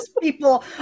people